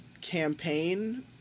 campaign